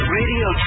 radio